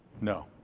No